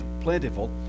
plentiful